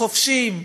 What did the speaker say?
חופשיים.